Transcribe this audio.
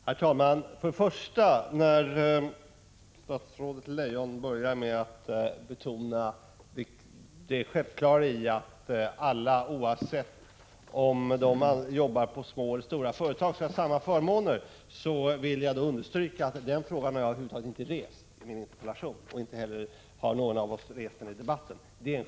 Herr talman! Statsrådet Leijon började med att betona det självklara i att alla, oavsett om de jobbar på små eller stora företag, skall ha samma förmåner. Det är en självklarhet. Jag vill understryka att jag över huvud taget inte har rest den frågan i min interpellation, och inte heller har någon av oss rest den i debatten.